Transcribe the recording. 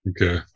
Okay